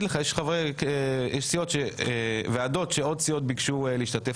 יש ועדות שעוד סיעות ביקשו להשתתף,